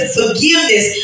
forgiveness